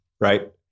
right